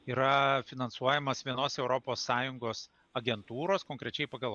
yra finansuojamas vienos europos sąjungos agentūros konkrečiai pagal